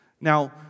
Now